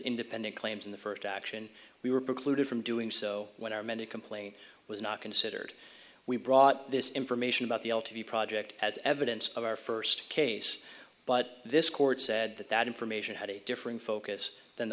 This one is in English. independent claims in the first action we were precluded from doing so when our many complain was not considered we brought this information about the project as evidence of our first case but this court said that that information had a different focus than